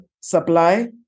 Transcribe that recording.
supply